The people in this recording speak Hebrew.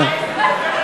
כנראה.